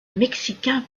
mexicain